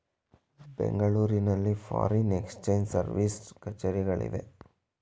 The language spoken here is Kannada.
ಬೆಂಗಳೂರಿನಲ್ಲಿ ಫಾರಿನ್ ಎಕ್ಸ್ಚೇಂಜ್ ಸರ್ವಿಸ್ ಕಛೇರಿಗಳು ಇವೆ